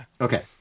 Okay